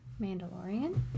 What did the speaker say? Mandalorian